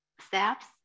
steps